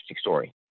story